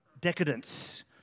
decadence